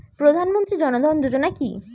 প্রধান মন্ত্রী জন ধন যোজনা কি?